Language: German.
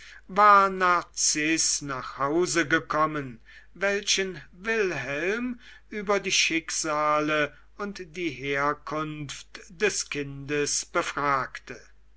war narziß nach hause gekommen welchen wilhelm über die schicksale und die herkunft des kindes befragte